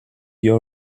you